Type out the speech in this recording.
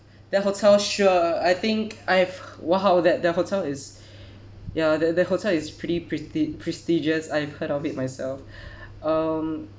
that hotel sure I think I've !wow! tha~ that hotel is ya tha~ that hotel is pretty presti~ prestigious I've heard of it myself um